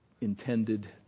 intended